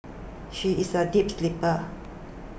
she is a deep sleeper